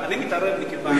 הוא יקבל.